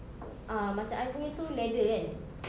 ah macam I punya itu leather kan